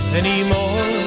anymore